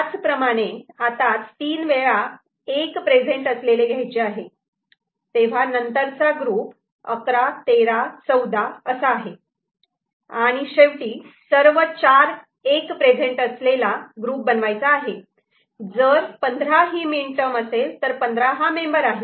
त्याचप्रमाणे आता तीन वेळा '1' प्रेझेंट असलेले घ्यायचे आहेत तेव्हा नंतरचा ग्रुप 11 13 14 असा आहे आणि शेवटी सर्व चार '1' प्रेझेंट असलेला ग्रुप बनवायचा आहे जर 15 ही मीनटर्म असेल तर 15 हा मेंबर आहे